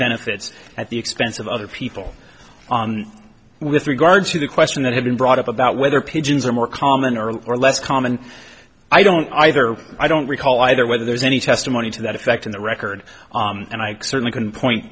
benefits at the expense of other people with regard to the question that have been brought up about whether pigeons are more common or or less common i don't either i don't recall either whether there's any testimony to that effect in the record and i certainly can point